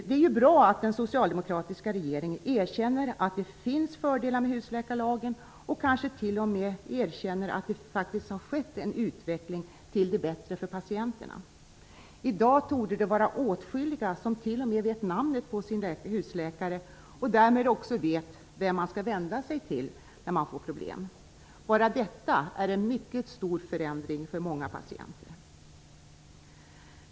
Det är bra att den socialdemokratiska regeringen erkänner att det finns fördelar med husläkarlagen och kanske t.o.m. erkänner att det har skett en utveckling till det bättre för patienterna. I dag torde det vara åtskilliga som t.o.m. vet namnet på sin husläkare och därmed också vet vem man skall vända sig till om man får problem. Bara detta är en mycket stor förändring för många patienter.